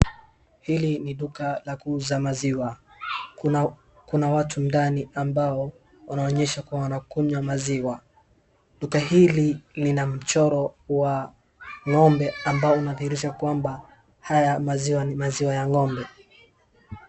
Hili ni duka la kuuza maziwa. Kuna watu ndani ambao wanaonyesha kwamba wanakunywa maziwa. Duka hili lina mchoro wa ng'ombe ambao unadhihirisha kwamba haya maziwa ni maziwa ya ng'ombe.